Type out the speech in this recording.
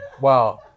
Wow